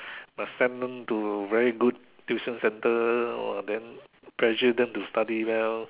but send them to very good tuition centre orh then pressure them to study well